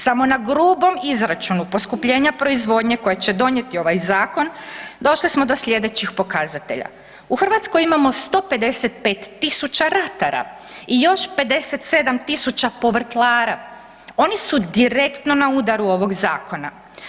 Samo na grubom izračunu poskupljenja proizvodnje koje će donijeti ovaj zakon došli smo do sljedećih pokazatelja, u Hrvatskoj imamo 155.000 ratara i još 57.000 povrtlara oni su direktno na udaru ovog zakona.